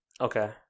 Okay